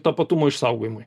tapatumo išsaugojimui